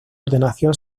ordenación